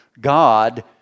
God